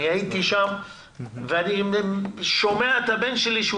אני הייתי שם ואני שומע את הבן שלי שהוא